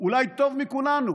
אולי טוב מכולנו.